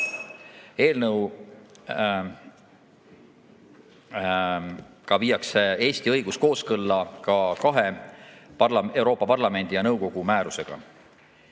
Eelnõuga viiakse Eesti õigus kooskõlla kahe Euroopa Parlamendi ja nõukogu määrusega.